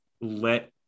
let